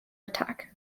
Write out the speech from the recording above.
attack